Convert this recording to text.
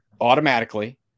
automatically